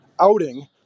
outing